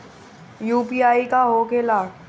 UPI का होके ला?